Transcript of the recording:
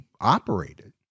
operated